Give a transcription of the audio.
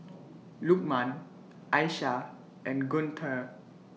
Lukman Aishah and Guntur